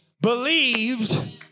believed